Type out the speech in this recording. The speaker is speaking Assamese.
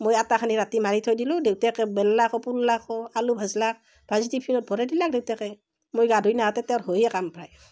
মই আটাখিনি ৰাতি মাৰি থৈ দিলোঁ দেউতাকে বেললাকো পুৰলাকো আলু ভাজলাক ভাজি টিফিনত ভৰাই দিলাক দেউতাকে মই গা ধুই নাহতে তেওঁৰ হয়েই কাম প্ৰায়